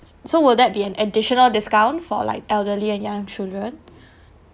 so will that be an additional discount for like elderly and young children